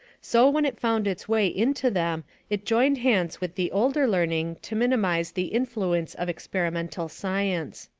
so when it found its way into them it joined hands with the older learning to minimize the influence of experimental science.